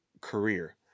career